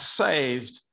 saved